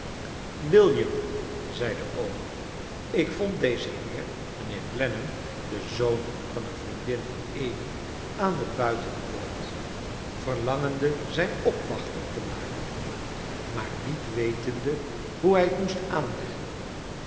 william zei de oom ik vond dezen heer mijnheer clennam den zoon van een vriendin van amy aan de buitenpoort verlangende zijn opwachting te maken maar niet wetende hoe hij t moest aanleggen